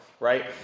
right